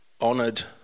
honoured